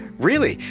really?